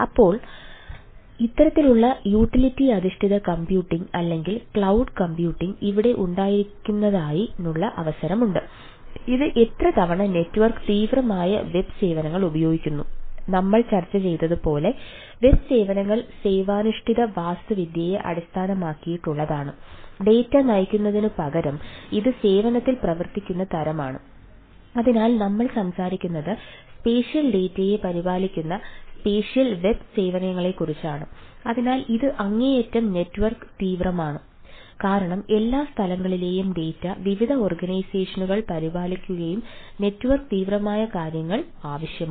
അതിനാൽ ഇത്തരത്തിലുള്ള യൂട്ടിലിറ്റി അധിഷ്ഠിത കമ്പ്യൂട്ടിംഗ് പരിപാലിക്കുകയും നെറ്റ്വർക്ക് തീവ്രമായ കാര്യങ്ങൾ ആവശ്യമാണ്